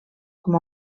com